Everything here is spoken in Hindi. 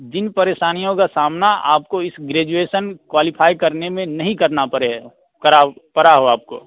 जिन परेशानियों का सामना आपको इस ग्रेजुएशन क्वालीफ़ाई करने में नहीं करना पड़े परेव पड़ा हो आपको